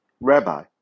Rabbi